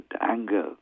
anger